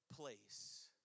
place